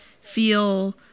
feel